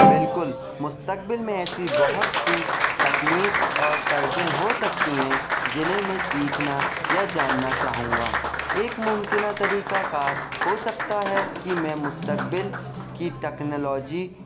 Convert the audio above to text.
بالکل مستقبل میں ایسی بہت سی تکنیکس اور طرزیں ہو سکتی ہیں جنہیں میں سیکھنا یا جاننا چاہوں گا ایک ممکنہ طریقہ کار ہو سکتا ہے کہ میں مستقبل کی ٹکنالوجی